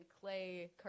clay